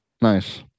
Nice